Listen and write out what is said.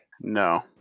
No